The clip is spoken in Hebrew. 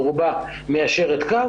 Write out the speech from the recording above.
ברובו מיישר קו,